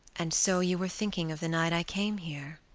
and so you were thinking of the night i came here?